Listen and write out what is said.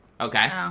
Okay